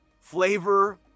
Flavor